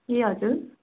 ए हजुर